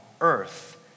earth